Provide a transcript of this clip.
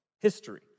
history